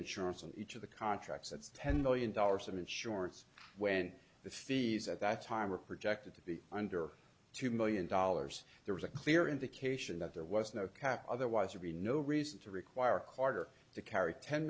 insurance on each of the contracts that's ten million dollars in insurance when the fees at that time were projected to be under two million dollars there was a clear indication that there was no cap otherwise would be no reason to require carter to carry ten